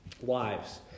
Wives